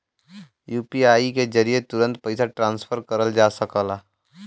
UPI के जरिये तुरंत पइसा ट्रांसफर करल जा सकला